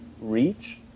reach